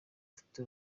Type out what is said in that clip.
afite